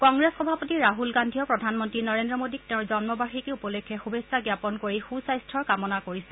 কংগ্ৰেছৰ সভাপতি ৰাহুল গান্ধীয়েও প্ৰধান মন্ত্ৰী নৰেন্দ্ৰ মোদীক তেওঁৰ জন্মবাৰ্ষিকী উপলক্ষে শুভেচ্ছা জ্ঞাপন কৰি সু স্বাস্থ্যৰ কামনা কৰিছে